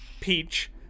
peach